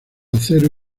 acero